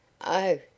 Oh